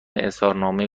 اظهارنامه